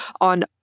on